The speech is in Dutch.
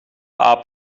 aap